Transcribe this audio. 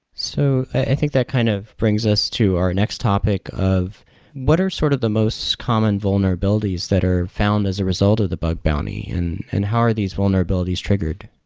so i think that kind of brings us to our next topic of what are sort of the most common vulnerabilities that are found as a result of the bug bounty and and how are these vulnerabilities triggered?